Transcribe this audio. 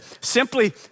simply